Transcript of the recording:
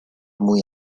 muy